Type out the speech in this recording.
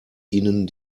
ihnen